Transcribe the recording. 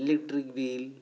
electric bill